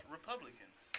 Republicans